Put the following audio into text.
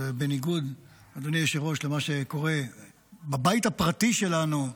בניגוד למה שקורה בבית הפרטי שלנו,